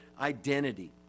identity